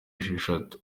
esheshatu